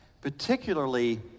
particularly